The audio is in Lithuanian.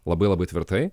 labai labai tvirtai